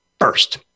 first